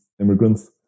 immigrants